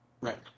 Right